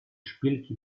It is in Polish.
szpilki